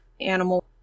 animal